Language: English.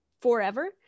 forever